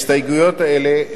הסתייגויות אלה,